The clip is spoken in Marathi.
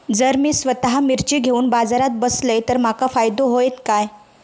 जर मी स्वतः मिर्ची घेवून बाजारात बसलय तर माका फायदो होयत काय?